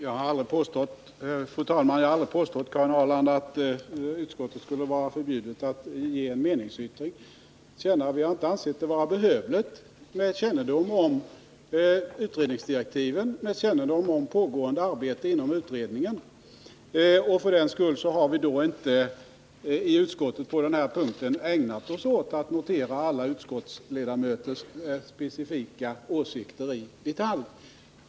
Fru talman! Jag har aldrig påstått, Karin Arland, att utskottet är förbjudet att ge en meningsyttring till känna. Vi har inte ansett det vara behövligt med kännedom om utredningsdirektiven och det pågående arbetet inom utredningen. För den skull har vi inte i utskottet ägnat oss åt att notera alla utskottsledamöters åsikter i detalj.